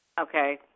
Okay